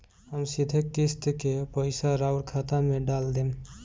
हम सीधे किस्त के पइसा राउर खाता में डाल देम?